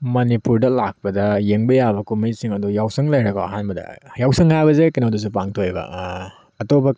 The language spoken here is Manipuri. ꯃꯅꯤꯄꯨꯔꯗ ꯂꯥꯛꯄꯗ ꯌꯦꯡꯕ ꯌꯥꯕ ꯀꯨꯝꯍꯩꯁꯤꯡ ꯑꯗꯨ ꯌꯥꯎꯁꯪ ꯂꯩꯔꯦꯀꯣ ꯑꯍꯥꯟꯕꯗ ꯌꯥꯎꯁꯪ ꯍꯥꯏꯕꯁꯦ ꯀꯩꯅꯣꯗꯁꯨ ꯄꯥꯡꯊꯣꯛꯑꯦꯕ ꯑꯇꯣꯞꯄ